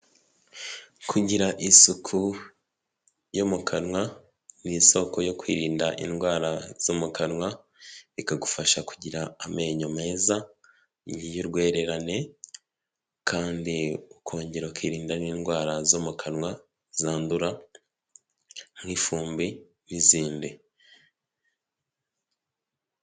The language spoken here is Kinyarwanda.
Kugira isuku yo mu kanwa ni isoko yo kwirinda indwara zo mu kanwa ikagufasha kugira amenyo meza y'urwererane, kandi ukongera ukirinda n'indwara zo mu kanwa zandura nk'ifumbi n'izindi.